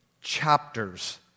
chapters